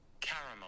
Caramel